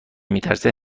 میترسه